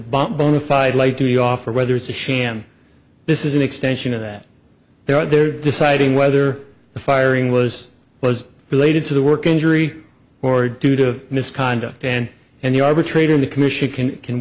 bump bonafide like you off or whether it's a sham this is an extension of that they're out there deciding whether the firing was was related to the work injury or due to misconduct and and the arbitrator the commission can can